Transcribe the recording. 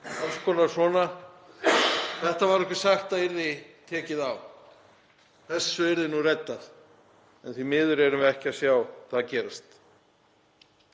alls konar svona. Þessu var okkur sagt að yrði tekið á, þessu yrði reddað. En því miður erum við ekki að sjá það gerast.